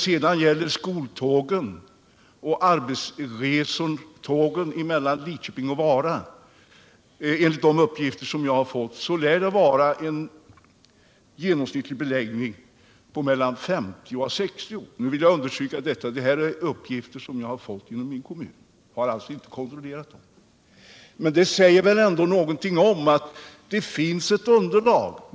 På skoltågen och arbetsresetågen mellan Lidköping och Vara lär det, enligt uppgifter jag har fått, vara en genomsnittsbeläggning av mellan 50 och 60. Jag vill understryka att det här är uppgifter som jag har fått genom min kommun. Jag har alltså inte kontrollerat dem. Men detta säger väl ändå att det finns ett underlag.